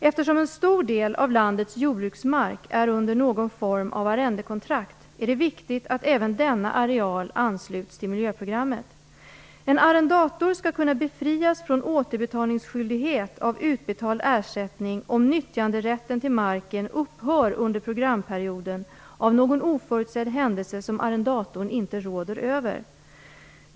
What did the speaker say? Eftersom en stor del av landets jordbruksmark är under någon form av arrendekontrakt är det viktigt att även denna areal ansluts till miljöprogrammet. En arrendator skall kunna befrias från återbetalningsskyldighet av utbetald ersättning om nyttjanderätten till marken upphör under programperioden på grund av någon oförutsedd händelse som arrendatorn inte råder över.